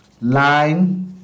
Line